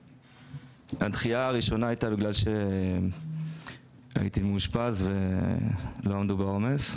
הדחייה הראשונה הייתה כי הייתי מאושפז ולא עמדו בעומס.